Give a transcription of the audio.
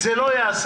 אם זה לא יעשה